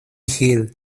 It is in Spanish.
hill